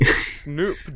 snoop